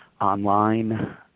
online